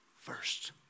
first